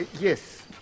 Yes